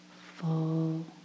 full